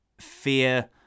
fear